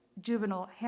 juvenile